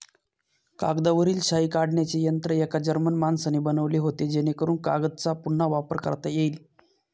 कागदावरील शाई काढण्याचे यंत्र एका जर्मन माणसाने बनवले होते जेणेकरून कागदचा पुन्हा वापर करता येईल